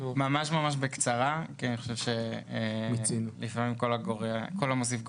ממש בקצרה, אני חושב שלפעמים כל המוסיף גורע.